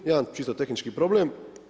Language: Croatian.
Jedno čisto tehnički problem.